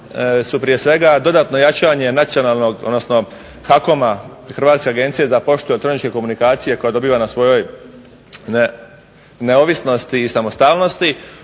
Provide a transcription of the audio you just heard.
su prije svega dodatno jačanje nacionalnog, odnosno HAK-oma Hrvatske agencije za poštu i elektroničke komunikacije koja dobiva na svojoj neovisnosti i samostalnosti.